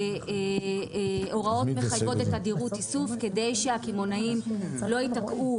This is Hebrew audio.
הוראות מחייבות תדירות איסוף כדי שהקמעונאים לא ייתקעו